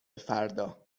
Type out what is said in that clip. فردا